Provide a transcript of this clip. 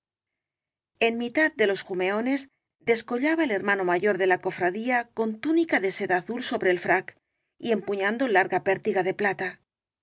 en mitad de los jumeones descollaba el hermano mayor de la cofradía con túnica de seda azul sobre el frac y empuñando larga pértiga de plata